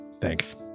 Thanks